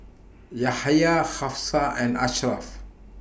Yahaya Hafsa and Ashraff